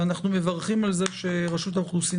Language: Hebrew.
אנחנו מברכים על זה שרשות האוכלוסין